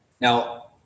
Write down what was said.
Now